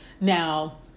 Now